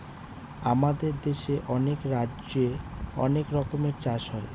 আমাদের দেশে অনেক রাজ্যে অনেক রকমের চাষ হয়